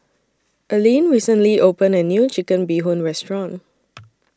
Alleen recently opened A New Chicken Bee Hoon Restaurant